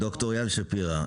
ד"ר אייל שפירא,